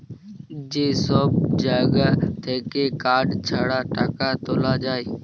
যে সব জাগা থাক্যে কার্ড ছাড়া টাকা তুলা যায়